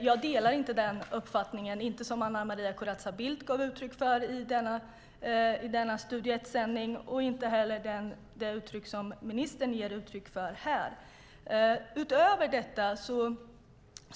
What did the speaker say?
Jag delar inte den uppfattning som Anna Maria Corazza Bildt gav uttryck för i Studio Ett och inte heller den som ministern ger uttryck för här.